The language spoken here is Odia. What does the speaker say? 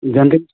ଯେମିତି